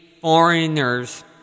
foreigners